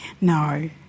No